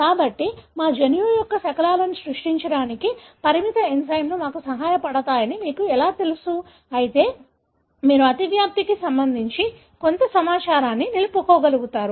కాబట్టి మా జన్యువు యొక్క శకలాలు సృష్టించడానికి పరిమితి ఎంజైమ్లు మాకు సహాయపడతాయని మీకు ఎలా తెలుసు అయితే మీరు అతివ్యాప్తికి సంబంధించి కొంత సమాచారాన్ని నిలుపుకోగలుగుతారు